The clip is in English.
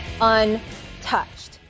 untouched